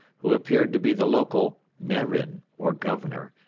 who appeared to be the local merin or governor,